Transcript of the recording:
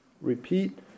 repeat